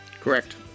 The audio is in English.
correct